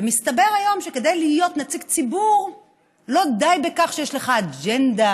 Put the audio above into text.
ומסתבר היום שכדי להיות נציג ציבור לא די בכך שיש לך אג'נדה